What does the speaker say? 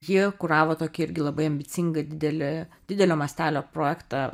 ji kuravo tokį irgi labai ambicingą didelį didelio mastelio projektą